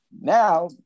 now